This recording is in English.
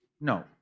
No